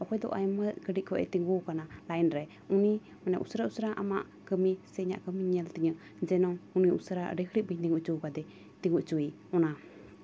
ᱦᱚᱭᱛᱳ ᱟᱭᱢᱟ ᱜᱷᱟᱹᱲᱤᱡ ᱠᱷᱚᱱᱮ ᱛᱤᱸᱜᱩ ᱟᱠᱟᱱᱟ ᱞᱟᱭᱤᱱ ᱨᱮ ᱩᱱᱤ ᱢᱟᱱᱮ ᱩᱥᱟᱹᱨᱟ ᱩᱥᱟᱹᱨᱟ ᱟᱢᱟᱜ ᱠᱟᱹᱢᱤ ᱥᱮ ᱤᱧᱟᱹᱜ ᱠᱟᱹᱢᱤᱧ ᱧᱮᱞ ᱛᱤᱧᱟᱹ ᱡᱮᱱᱚ ᱩᱱᱤ ᱩᱥᱟᱹᱨᱟ ᱟᱹᱰᱤ ᱜᱷᱟᱹᱲᱤᱡ ᱵᱟᱹᱧ ᱛᱤᱸᱜᱩ ᱦᱚᱪᱚ ᱟᱠᱟᱫᱮ ᱛᱤᱸᱜᱩ ᱦᱚᱪᱚᱭᱮ ᱚᱱᱟ